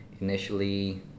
Initially